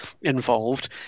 involved